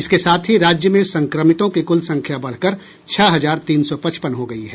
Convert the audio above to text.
इसके साथ ही राज्य में संक्रमितों की कुल संख्या बढ़कर छह हजार तीन सौ पचपन हो गयी है